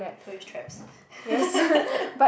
tourist traps